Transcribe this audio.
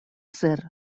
zer